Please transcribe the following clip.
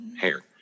hair